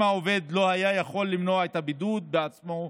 אם העובד לא היה יכול למנוע את הבידוד בעצמו,